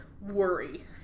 worry